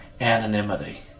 anonymity